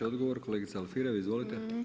Odgovor kolegica Alfirev, izvolite.